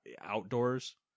outdoors